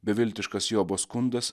beviltiškas jobo skundas